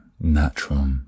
natural